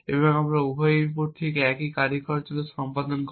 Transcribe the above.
সুতরাং এই উভয় ইউনিটই ঠিক একই কার্যকারিতা সম্পাদন করে